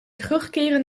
terugkeren